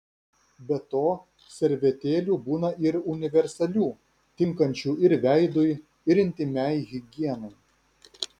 be to servetėlių būna ir universalių tinkančių ir veidui ir intymiai higienai